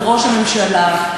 וראש הממשלה,